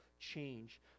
change